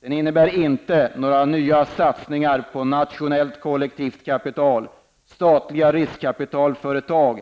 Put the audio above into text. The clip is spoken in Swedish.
Detta innebär inte några nya satsningar på nationellt kollektivt kapital eller statliga riskkapitalföretag.